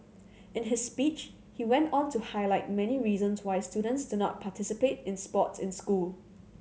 in his speech he went on to highlight many reasons why students do not participate in sports in school